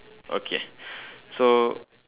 okay so